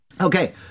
Okay